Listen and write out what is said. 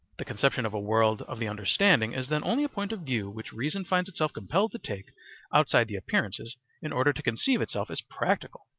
the conception of a world of the understanding is then only a point of view which reason finds itself compelled to take outside the appearances in order to conceive itself as practical,